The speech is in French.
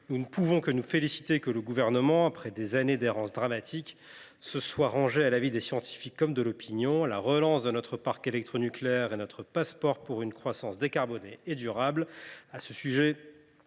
Nous ne pouvons que nous féliciter que le Gouvernement, après des années d’errance dramatique, se soit rangé à l’avis des scientifiques comme de l’opinion. La relance de notre parc électronucléaire est notre passeport pour une croissance décarbonée et durable. À cet